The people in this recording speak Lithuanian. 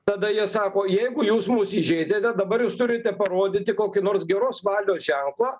tada jie sako jeigu jūs mus įžeidėte dabar jūs turite parodyti kokį nors geros valios ženklą